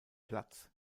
platz